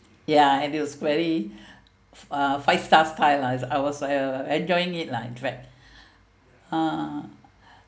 ya it was really uh five star style lah I was uh enjoying it lah in fact uh